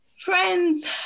friends